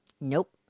Nope